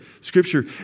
scripture